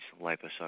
liposuction